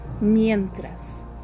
Mientras